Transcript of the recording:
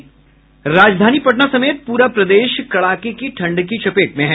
राजधानी पटना समेत पूरा प्रदेश कड़ाके की ठंड की चपेट में है